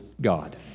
God